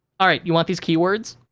all right, you want these keywords?